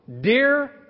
Dear